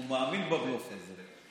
הוא מאמין בבלוף הזה.